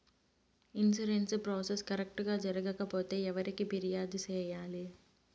insurance process correct గా జరగకపోతే ఎవరికి ఫిర్యాదు సేయాలి